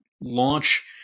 launch